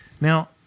Now